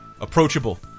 approachable